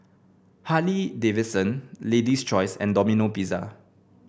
Harley Davidson Lady's Choice and Domino Pizza